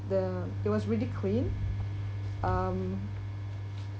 the it was really clean um